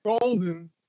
golden